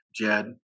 Jed